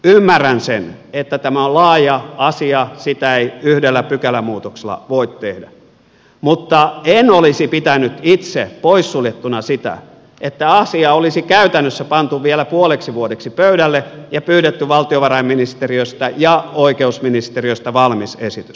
ymmärrän sen että tämä on laaja asia sitä ei yhdellä pykälämuutoksella voi tehdä mutta en olisi pitänyt itse poissuljettuna sitä että asia olisi käytännössä pantu vielä puoleksi vuodeksi pöydälle ja pyydetty valtiovarainministeriöstä ja oikeusministeriöstä valmis esitys